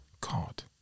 God